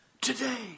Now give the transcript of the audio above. today